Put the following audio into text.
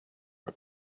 our